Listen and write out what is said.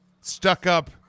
stuck-up